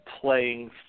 playing